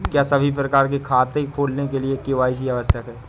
क्या सभी प्रकार के खाते खोलने के लिए के.वाई.सी आवश्यक है?